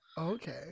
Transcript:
okay